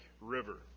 River